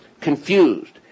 confused